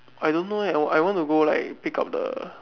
I don't know eh I want to go like pick up the